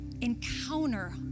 encounter